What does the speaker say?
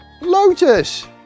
Lotus